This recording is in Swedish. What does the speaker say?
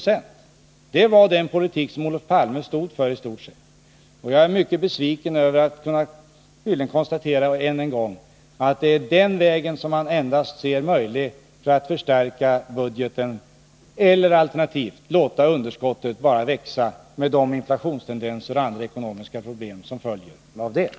Det var i stort sett denna politik som Olof Palme stod för. Jag är mycket besviken över att än en gång kunna konstatera att socialdemokraterna endast ser denna väg som möjlig för att förstärka budgeten. Enda alternativet är tydligen att låta | underskottet bara växa, med de inflationstendenser och andra ekonomiska problem som följer av detta.